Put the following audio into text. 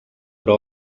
però